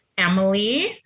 Emily